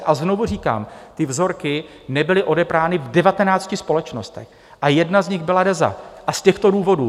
A znovu říkám, ty vzorky nebyly odebrány v 19 společnostech, jedna z nich byla DEZA, a z těchto důvodů.